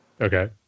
Okay